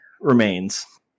remains